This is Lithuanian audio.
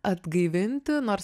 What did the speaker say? atgaivinti nors